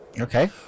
Okay